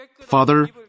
Father